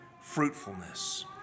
fruitfulness